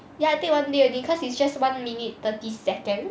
ya I take one day only because it's just one minute thirty seconds